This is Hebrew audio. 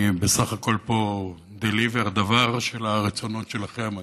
אני בסך הכול פה deliver, דוור של הרצונות שלכם.